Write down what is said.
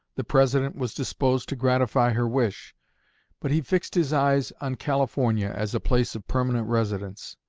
the president was disposed to gratify her wish but he fixed his eyes on california as a place of permanent residence.